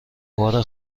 بار